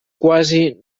quasi